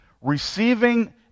receiving